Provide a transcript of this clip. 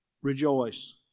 Rejoice